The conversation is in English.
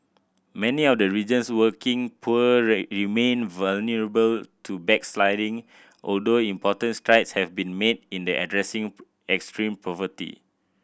many of the region's working poor remain vulnerable to backsliding although important strides have been made in addressing extreme poverty